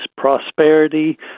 prosperity